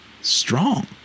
strong